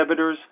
inhibitors